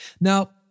Now